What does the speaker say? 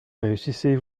réussissez